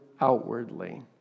outwardly